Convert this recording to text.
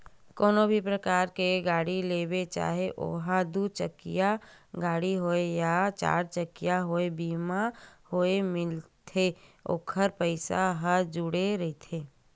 कोनो भी परकार के गाड़ी लेबे चाहे ओहा दू चकिया गाड़ी होवय या चरचकिया होवय बीमा होय मिलथे ओखर पइसा ह जुड़े रहिथे